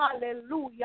Hallelujah